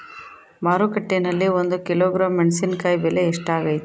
ಮಾರುಕಟ್ಟೆನಲ್ಲಿ ಒಂದು ಕಿಲೋಗ್ರಾಂ ಮೆಣಸಿನಕಾಯಿ ಬೆಲೆ ಎಷ್ಟಾಗೈತೆ?